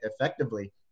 effectively